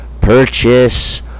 purchase